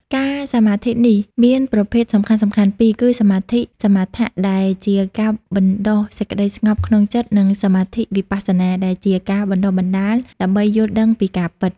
ការសមាធិនេះមានប្រភេទសំខាន់ៗពីរគឺ សមាធិសមាថៈ ដែលជាការបណ្ដុះសេចក្ដីស្ងប់ក្នុងចិត្ត និង សមាធិវិបស្សនា ដែលជាការបណ្ដុះបញ្ញាដើម្បីយល់ដឹងពីការពិត។